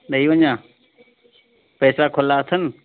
ॾई वञा पैसा खुला अथनि